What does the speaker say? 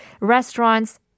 restaurants